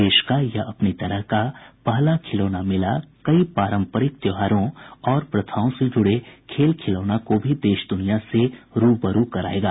देश का यह अपनी तरह का पहला खिलौना मेला कई पारंपरिक त्यौहारों और प्रथाओं से जुडे खेल खिलौना को भी देश दुनिया से रुबरु करायेगा